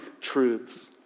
truths